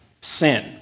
sin